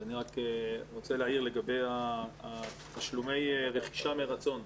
אני רק רוצה להעיר לגבי תשלומי רכישה מרצון,